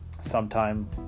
sometime